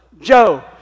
Joe